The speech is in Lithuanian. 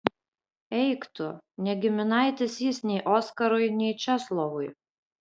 eik tu ne giminaitis jis nei oskarui nei česlovui